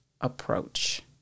approach